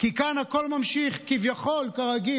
כי כאן הכול נמשך כביכול כרגיל.